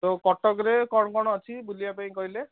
ତ କଟକରେ କ'ଣ କ'ଣ ଅଛି ବୁଲିବା ପାଇଁ କହିଲେ